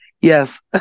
Yes